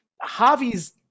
Javi's